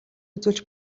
үзүүлж